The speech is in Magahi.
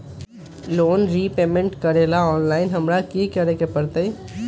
लोन रिपेमेंट करेला ऑनलाइन हमरा की करे के परतई?